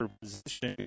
position